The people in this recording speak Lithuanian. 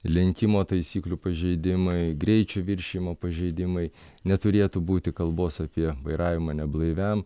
lenkimo taisyklių pažeidimai greičio viršijimo pažeidimai neturėtų būti kalbos apie vairavimą neblaiviam